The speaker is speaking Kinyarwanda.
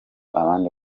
abandi